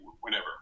whenever